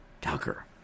Tucker